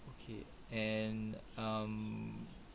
okay and um